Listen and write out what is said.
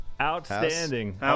Outstanding